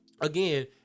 again